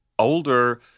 Older